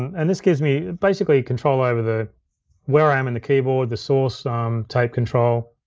and this gives me basically, control over the where i am in the keyboard, the source um tape control.